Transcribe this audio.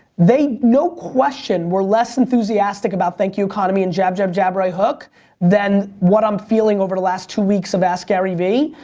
they, no question, were less enthusiastic about thank you economy and jab, jab, jab, right hook than what i'm feeling over the last two weeks about askgaryvee.